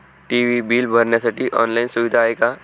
TV bill भरण्यासाठी online सुविधा आहे का?